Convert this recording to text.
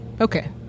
Okay